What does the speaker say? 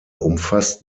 umfasst